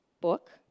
book